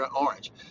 orange